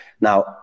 Now